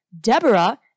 Deborah